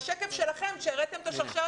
יש הרבה ערכים אחרים שהתנגשו בחברה